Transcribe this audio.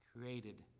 created